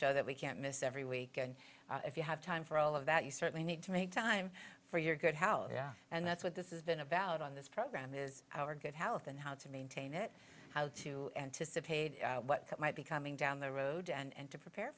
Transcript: show that we can't miss every week and if you have time for all of that you certainly need to make time for your good house yeah and that's what this is been about on this program is our good health and how to maintain it how to anticipate what might be coming down the road and to prepare